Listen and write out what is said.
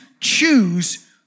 choose